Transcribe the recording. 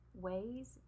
ways